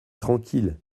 tranquille